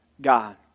God